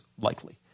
likely